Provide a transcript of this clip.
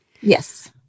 yes